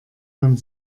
man